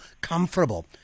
comfortable